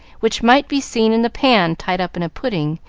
which might be seen in the pan tied up in a pudding,